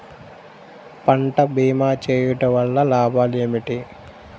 పంట భీమా చేయుటవల్ల లాభాలు ఏమిటి?